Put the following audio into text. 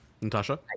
Natasha